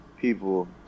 People